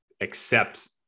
accept